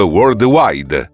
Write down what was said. Worldwide